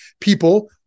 people